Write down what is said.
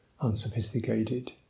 unsophisticated